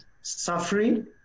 suffering